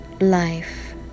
life